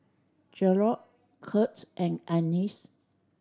Jarrod Curts and Anice